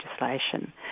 legislation